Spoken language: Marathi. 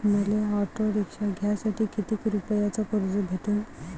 मले ऑटो रिक्षा घ्यासाठी कितीक रुपयाच कर्ज भेटनं?